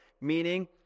meaning